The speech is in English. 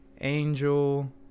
Angel